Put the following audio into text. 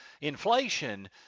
inflation